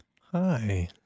Hi